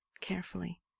carefully